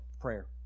prayer